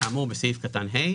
כאמור בסעיף קטן |(ה),